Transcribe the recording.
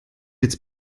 jetzt